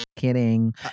kidding